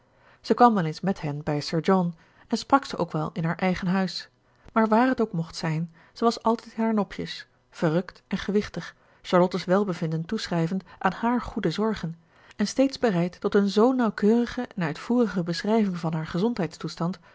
zij kwam wel eens met hen bij sir john en sprak ze ook wel in haar eigen huis maar waar het ook mocht zijn zij was altijd in haar nopjes verrukt en gewichtig charlotte's welbevinden toeschrijvend aan hààr goede zorgen en steeds bereid tot een zoo nauwkeurige en uitvoerige beschrijving van haar